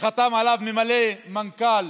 חתם עליו ממלא מקום מנכ"ל